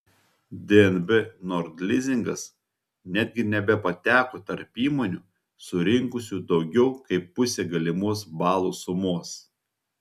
dnb nord lizingas netgi nebepateko tarp įmonių surinkusių daugiau kaip pusę galimos balų sumos